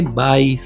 bye